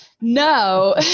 no